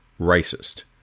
racist